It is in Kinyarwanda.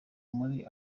muri